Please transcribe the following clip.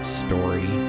story